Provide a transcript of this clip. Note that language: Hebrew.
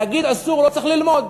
בשביל להגיד "אסור" לא צריך ללמוד.